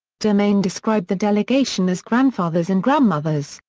demain described the delegation as grandfathers and grandmothers,